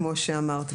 כמו שאמרת,